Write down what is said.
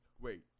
Wait